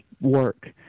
work